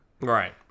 Right